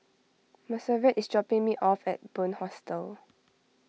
Monserrat is dropping me off at Bunc Hostel